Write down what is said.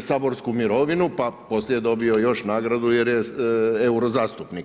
saborsku mirovinu pa poslije je dobio još nagradu jer je eurozastupnik.